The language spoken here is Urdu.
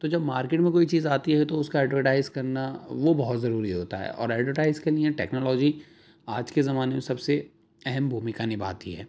تو جب مارکٹ میں کوئی چیز آتی ہے تو اس کا ایڈورٹائز کرنا وہ بہت ضروری ہوتا ہے اور ایڈورٹائز کے لیے ٹیکنالوجی آج کے زمانے میں سب سے اہم بھومکا نبھاتی ہے